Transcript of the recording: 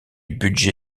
budget